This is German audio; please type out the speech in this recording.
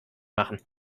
machen